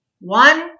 One